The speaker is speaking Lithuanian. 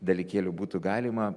dalykėlių būtų galima